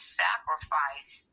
sacrifice